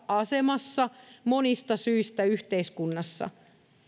asemassa monista syistä yhteiskunnassa